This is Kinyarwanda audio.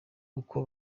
uko